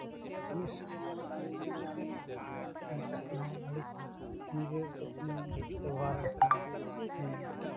ᱟᱨ ᱡᱤᱱᱤᱥ ᱦᱚᱸ ᱰᱟᱹᱝᱨᱤ ᱢᱮᱨᱚᱢ ᱪᱟᱹᱥᱤ ᱦᱚᱸ ᱩᱱᱤ ᱡᱮ ᱥᱚᱵᱽᱥᱚᱢᱚᱭ ᱵᱮᱣᱦᱟᱨᱟᱭ ᱠᱟᱱᱟ